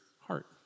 heart